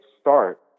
start